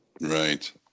right